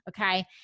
Okay